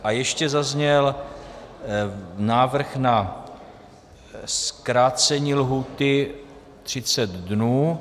A ještě zazněl návrh na zkrácení lhůty 30 dnů.